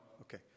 okay